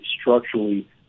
structurally